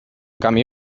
camí